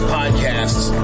podcasts